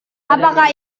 apakah